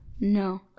No